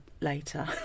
later